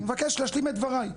אני מבקש להשלים את דבריי,